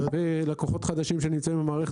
לפני קבלת